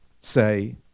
say